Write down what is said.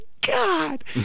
god